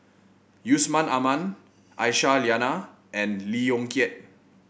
Yusman Aman Aisyah Lyana and Lee Yong Kiat